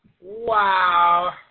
Wow